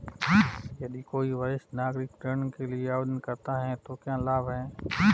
यदि कोई वरिष्ठ नागरिक ऋण के लिए आवेदन करता है तो क्या लाभ हैं?